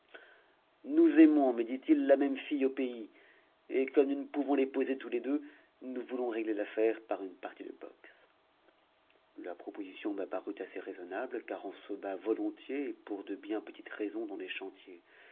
nous aimons me dit-il la même fille au pays et comme nous ne pouvons l'épouser tous les deux nous voulons régler l'affaire par une partie de boxe la proposition me parut assez raisonnable car on se bat volontiers et pour de bien petites raisons dans les chantiers